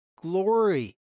glory